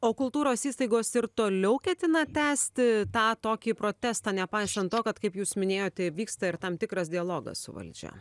o kultūros įstaigos ir toliau ketina tęsti tą tokį protestą nepaisant to kad kaip jūs minėjote vyksta ir tam tikras dialogas su valdžia